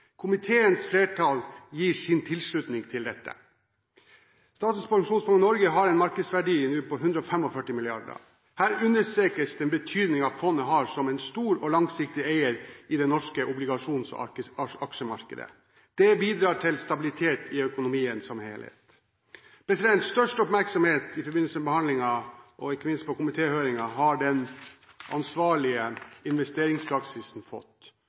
Komiteens flertall gir sin tilslutning til dette. Statens pensjonsfond Norge har en markedsverdi på 145 mrd. kr. Her understrekes den betydningen fondet har som en stor og langsiktig eier i det norske obligasjons- og aksjemarkedet. Det bidrar til stabilitet i økonomien som helhet. Størst oppmerksomhet i forbindelse med behandlingen – ikke minst i komitéhøringen – har den ansvarlige investeringspraksisen fått.